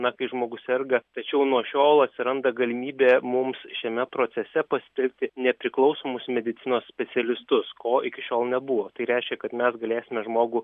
na kai žmogus serga tačiau nuo šiol atsiranda galimybė mums šiame procese pasitelkti nepriklausomus medicinos specialistus ko iki šiol nebuvo tai reiškia kad mes galėsime žmogų